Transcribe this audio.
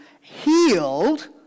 healed